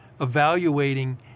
evaluating